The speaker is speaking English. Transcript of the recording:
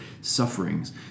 sufferings